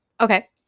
Okay